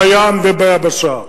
בים וביבשה.